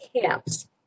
camps